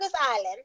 Island